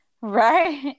right